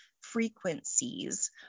frequencies